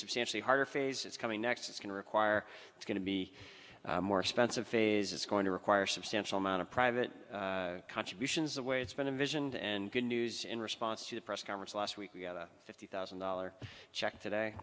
substantially harder phase it's coming next it's going to require it's going to be more expensive phase it's going to require substantial amount of private contributions the way it's been a vision and good news in response to a press conference last week we got a fifty thousand dollars check today